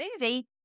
movie